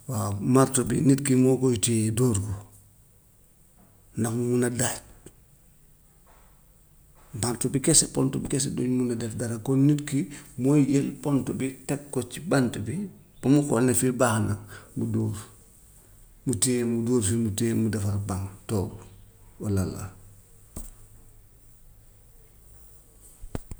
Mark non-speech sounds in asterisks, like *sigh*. Waaw marto bi nit ki moo koy yéye dóor ko ndax mu mun a daaj, *noise* bant bi kese, pont bi kese duñ mun a def dara, kon nit ki mooy jël pont bi teg ko ci bant bi ba mu xool ne fii baax na mu dóor, mu téye mu dóor fi mu téye mu defar baŋ toog, walla lal. *noise*